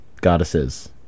goddesses